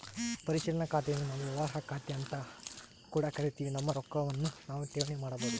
ಪರಿಶೀಲನಾ ಖಾತೆನ್ನು ನಾವು ವ್ಯವಹಾರ ಖಾತೆಅಂತ ಕೂಡ ಕರಿತಿವಿ, ನಮ್ಮ ರೊಕ್ವನ್ನು ನಾವು ಠೇವಣಿ ಮಾಡಬೋದು